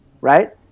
right